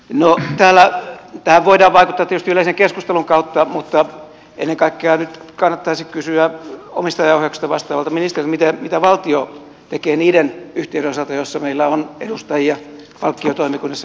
no täällä tähän voidaan tietysti vaikuttaa yleisen keskustelun kautta mutta ennen kaikkea nyt kannattaisi kysyä omistajaohjauksesta vastaavalta ministeriltä mitä valtio tekee niiden yhtiöiden osalta joissa meillä on edustajia palkkiotoimikunnissa nimitysvaliokunnissa